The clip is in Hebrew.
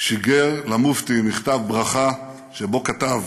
שיגר למופתי מכתב ברכה, שבו כתב: